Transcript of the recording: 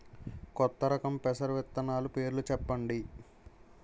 కొత్త రకం పెసర విత్తనాలు పేర్లు చెప్పండి?